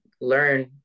learn